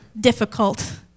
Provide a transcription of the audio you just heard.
difficult